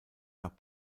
nach